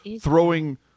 throwing